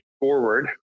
forward